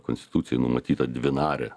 konstitucijoje numatyta dvinarė